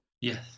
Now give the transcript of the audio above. Yes